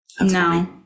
no